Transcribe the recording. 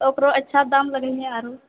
ओकरो अच्छा दाम लगैयहऽ आओरो